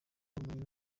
ubumenyi